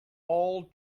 all